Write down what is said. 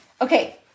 Okay